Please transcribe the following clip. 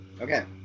Okay